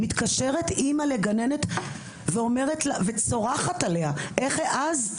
מתקשרת אימא לגננת וצורכת עליה איך העזת